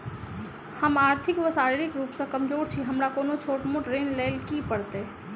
हम आर्थिक व शारीरिक रूप सँ कमजोर छी हमरा कोनों छोट मोट ऋण लैल की करै पड़तै?